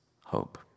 hope